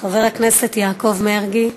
חבר הכנסת יעקב מרגי,